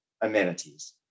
amenities